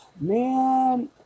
Man